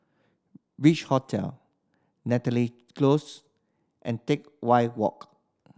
Beach Hotel Namly Close and Teck Whye Walk